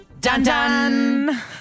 Dun-dun